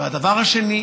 והדבר השני,